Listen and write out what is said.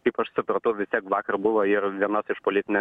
kaip aš supratau tiek vakar buvo ir vienas iš politinė